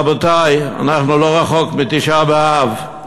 רבותי, אנחנו לא רחוקים מתשעה באב.